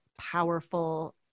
powerful